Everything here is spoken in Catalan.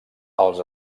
els